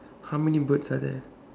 how many birds are there